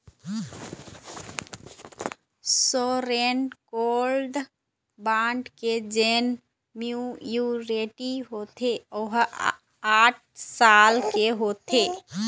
sovereign gold bond के जेन maturity होथे ओहा आठ साल के होथे